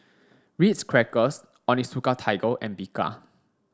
Ritz Crackers Onitsuka Tiger and Bika